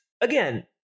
again